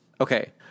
Okay